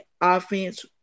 offense –